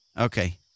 Okay